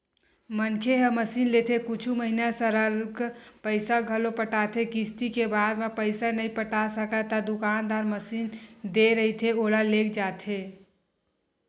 मनखे ह मसीनलेथे कुछु महिना सरलग पइसा घलो पटाथे किस्ती के बाद म पइसा नइ पटा सकय ता दुकानदार मसीन दे रहिथे ओला लेग जाथे